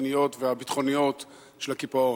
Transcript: המדיניות והביטחוניות של הקיפאון.